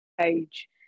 Page